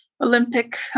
Olympic